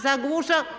Zagłuszał.